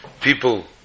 people